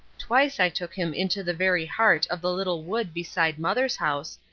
twice i took him into the very heart of the little wood beside mother's house,